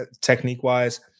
technique-wise